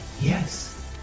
Yes